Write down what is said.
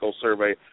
Survey